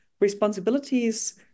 responsibilities